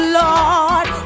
lord